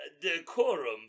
Decorum